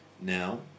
Now